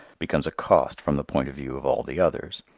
becomes a cost from the point of view of all the others.